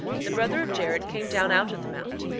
the brother of jared came down out of the mount,